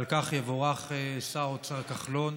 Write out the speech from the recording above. על כך יבורך שר האוצר כחלון.